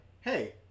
Hey